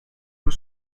was